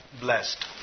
blessed